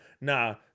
nah